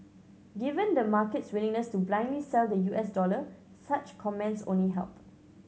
given the market's willingness to blindly sell the U S dollar such comments only help